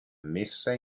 messa